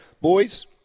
boys